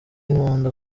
nkunda